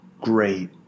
great